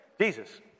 Jesus